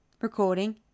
Recording